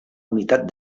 unitat